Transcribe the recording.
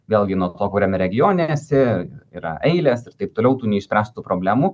gal gi nuo to kuriame regione esi yra eilės ir taip toliau tų neišspręstų problemų